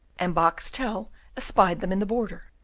and boxtel espied them in the border,